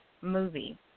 movie